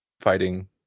fighting